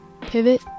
Pivot